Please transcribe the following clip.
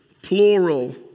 Plural